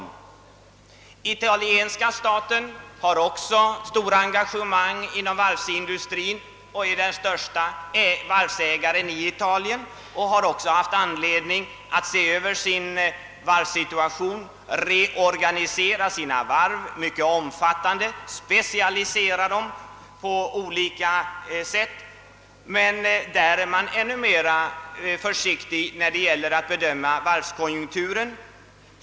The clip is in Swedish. Italienska staten, som har stora engagemang inom varvsindustrin och är den största varvsägaren i Italien, har även haft anledning att se över sin varvssituation och göra en mycket omfattande reorganisering av sina varv för att specialisera dem på olika sätt. I Italien är man ännu mera försiktig när det gäller att bedöma varvskonjunkturen.